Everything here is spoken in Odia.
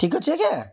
ଠିକ୍ ଅଛି ଆଜ୍ଞା